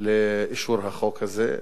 לאישור החוק הזה.